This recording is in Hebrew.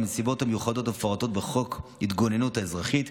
ובנסיבות המיוחדות המפורטות בחוק ההתגוננות האזרחית,